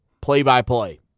play-by-play